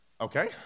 Okay